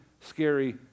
scary